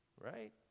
Right